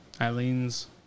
Eileen's